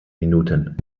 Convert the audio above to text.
minuten